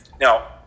Now